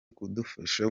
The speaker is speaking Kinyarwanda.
kudufasha